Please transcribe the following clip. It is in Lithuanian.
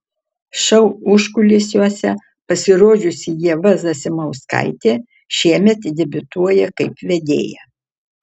šou užkulisiuose pasirodžiusi ieva zasimauskaitė šiemet debiutuoja kaip vedėja